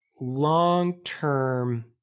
long-term